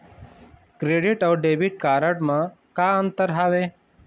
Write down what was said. Credit अऊ debit card म का अंतर हावे?